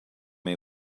may